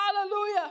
hallelujah